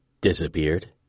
Disappeared